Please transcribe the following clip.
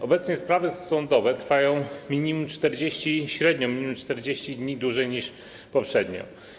Obecnie sprawy sądowe trwają minimum 40, średnio minimum 40 dni dłużej niż poprzednio.